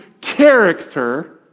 character